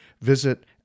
Visit